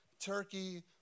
Turkey